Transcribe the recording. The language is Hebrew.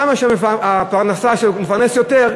כמה שהוא מפרנס יותר,